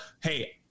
Hey